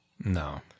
No